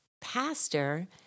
pastor